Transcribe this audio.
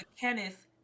Kenneth